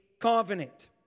covenant